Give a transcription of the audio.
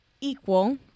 Equal